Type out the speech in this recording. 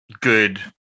good